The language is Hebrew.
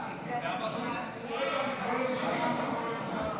בוועדת הכלכלה לצורך הכנתה לקריאה ראשונה.